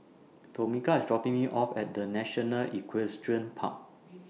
Tomika IS dropping Me off At The National Equestrian Park